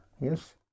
yes